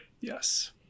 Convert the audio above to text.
Yes